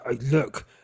look